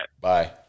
Bye